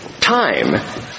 time